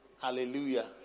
Hallelujah